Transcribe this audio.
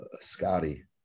Scotty